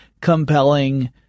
compelling